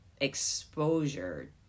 exposure